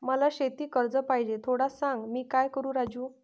मला शेती कर्ज पाहिजे, थोडं सांग, मी काय करू राजू?